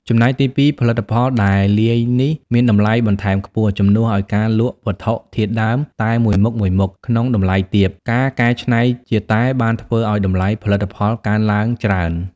ចំណែកទី២ ផលិតផលតែលាយនេះមានតម្លៃបន្ថែមខ្ពស់ ជំនួសឲ្យការលក់វត្ថុធាតុដើមតែមួយមុខៗក្នុងតម្លៃទាប ការកែច្នៃជាតែបានធ្វើឲ្យតម្លៃផលិតផលកើនឡើងច្រើន។